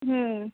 ம்